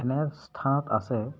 এনে স্থানত আছে